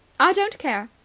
i don't care.